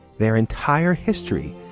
their entire history,